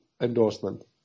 endorsement